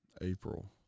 April